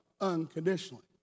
unconditionally